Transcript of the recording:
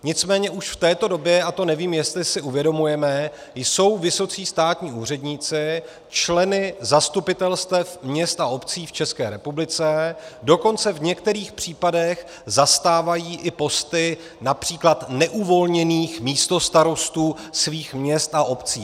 Nicméně už v této době, a to nevím, jestli si uvědomujeme, jsou vysocí státní úředníci členy zastupitelstev měst a obcí v České republice, dokonce v některých případech zastávají i posty například neuvolněných místostarostů svých měst a obcí.